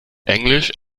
englisch